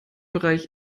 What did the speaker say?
bereich